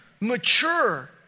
mature